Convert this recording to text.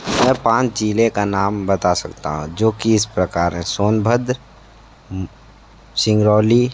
मैं पाँच ज़िले का नाम बता सकता हूँ जो कि इस प्रकार है सोनभद्र सिंगरौली